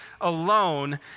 alone